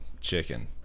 chicken